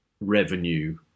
revenue